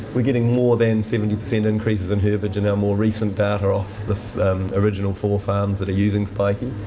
we're getting more than seventy percent increases in herbage in and more recent data off the original four farms that are using spikey.